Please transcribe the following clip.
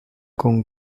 con